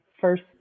first